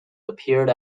appeared